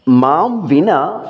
मां विना